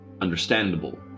understandable